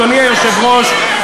אדוני היושב-ראש.